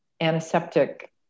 antiseptic